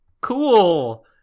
Cool